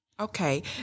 Okay